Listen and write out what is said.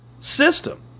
system